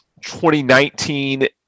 2019